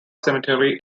cemetery